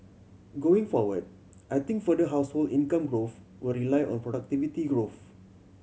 going forward I think further household income growth will rely on productivity growth